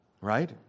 right